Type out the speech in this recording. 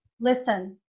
listen